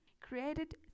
Created